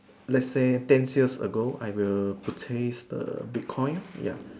let's say ten years ago I will purchase the big coin ya